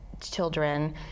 children